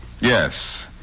Yes